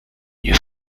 nie